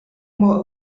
more